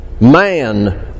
man